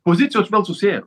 pozicijos vėl susiėjo